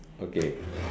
okay